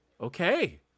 okay